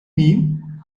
mean